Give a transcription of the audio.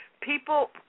people